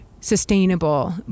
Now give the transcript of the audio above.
sustainable